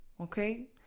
okay